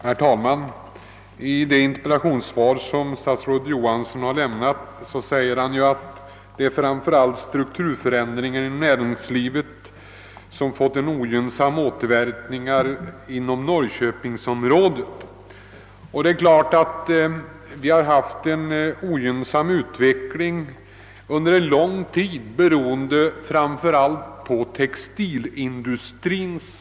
Herr talman! I det interpellationssvar som statsrådet Johansson lämnat säger han att det framför allt är strukturförändringarna inom «näringslivet som fått ogynnsamma återverkningar inom norrköpingsområdet. Vi har under lång tid haft en ogynnsam utveckling, framför allt beroende på det förändrade läget för textilindustrin.